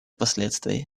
последствий